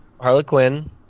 Harlequin